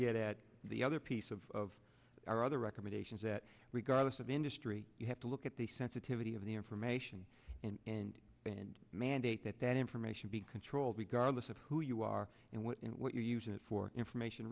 get at the other piece of of our other recommendations that regardless of industry you have to look at the sensitivity of the information in and and mandate that that information be controlled we got a list of who you are and what what you're using it for information